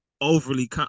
overly